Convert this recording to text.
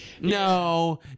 No